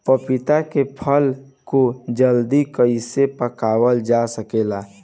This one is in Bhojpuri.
पपिता के फल को जल्दी कइसे पकावल जा सकेला?